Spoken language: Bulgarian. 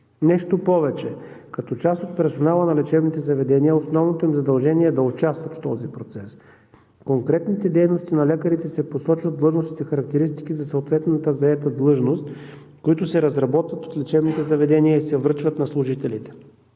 Нещо повече, като част от персонала на лечебните заведения, основното им задължение е да участват в този процес. Конкретните дейности на лекарите се посочват в длъжностните характеристики за съответната заета длъжност, които се разработват от лечебните заведения и се връчват на служителите.